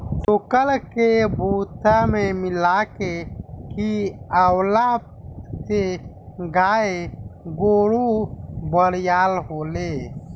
चोकर के भूसा में मिला के खिआवला से गाय गोरु बरियार होले